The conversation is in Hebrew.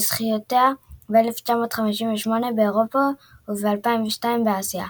בזכיותיה ב-1958 באירופה וב-2002 באסיה.